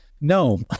no